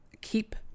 keep